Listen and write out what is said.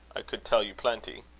i could tell you plenty.